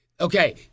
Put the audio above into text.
Okay